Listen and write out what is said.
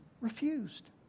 refused